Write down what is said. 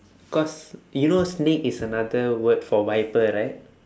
cause you know snake is another word for viper right